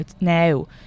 now